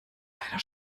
leider